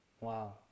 Wow